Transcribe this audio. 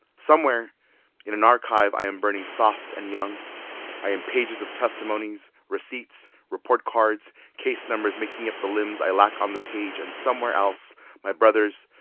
somewhere in an archive, i am burning soft and young i am pages of testimonies, receipts, report cards case numbers making up the limbs i lack on the page and somewhere else my brothers,